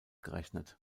gerechnet